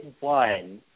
one